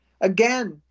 again